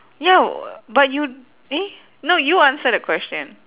ya but you eh no you answer the question